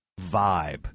vibe